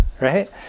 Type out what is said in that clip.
right